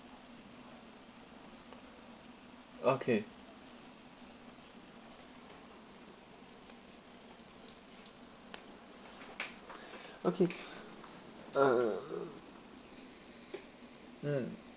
okay okay um mm